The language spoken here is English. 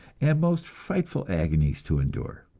and most frightful agonies to endure.